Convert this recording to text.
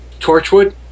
Torchwood